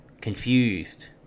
confused